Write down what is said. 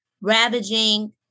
ravaging